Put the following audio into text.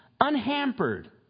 unhampered